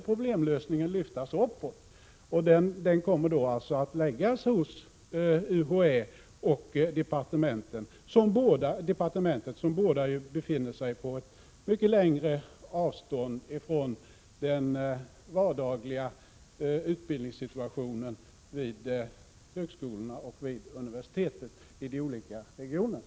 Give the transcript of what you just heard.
Problemlösningen lyfts uppåt och kommer att läggas hos UHÄ och departementet, som båda befinner sig på längre avstånd från den vardagliga utbildningssituationen vid högskolorna och universiteten i de olika regionerna.